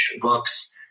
books